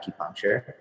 acupuncture